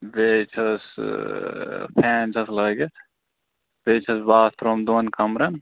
بیٚیہِ چھُس ٲں فین چھِ اَتھ لٲگِتھ بیٚیِہ چھِس باتھ روٗم دۄن کمرَن